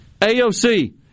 AOC